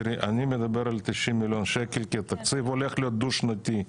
אני מדבר על 90 מיליון שקל כי התקציב הולך להיות דו שנתי,